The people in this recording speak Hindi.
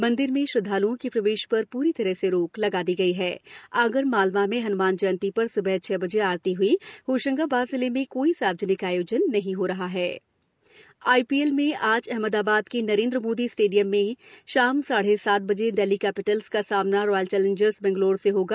मंदिर में श्रद्वाल्ओं के प्रवेश पर पूरी तरह से रोक लगा दी गई है आगर मालवा में हन्मान जयंती पर स्बह छह बजे आरती हई होशंगाबाद जिले में कोई सार्वजनिक आयोजन नही हो रहा है आईपीएल आईपीएल में आज अहमदाबाद के नरेन्द्र मोदी स्टेडियम में ही शाम साढे सात बजे दिल्ली कैपिटल्स का सामना रॉयल चैलेंजर्स बंगलौर से होगा